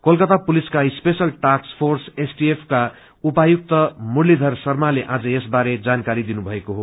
कोलकता पुलिसका special task force STF का उपायुक्त मुरलीषर शर्माले आज यसबारे जानकारी दिनुभएको हो